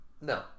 No